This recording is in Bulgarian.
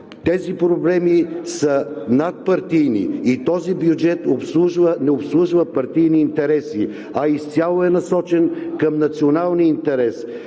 Тези проблеми са надпартийни и този бюджет не обслужва партийни интереси, а е насочен изцяло към националния интерес